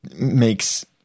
makes